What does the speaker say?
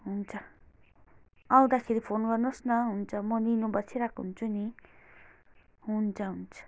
हुन्छ आउँदाखेरि फोन गर्नुहोस् न हुन्छ म लिनु बसिरहेको हुन्छ नि हुन्छ हुन्छ